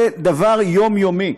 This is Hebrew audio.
זה דבר יומיומי,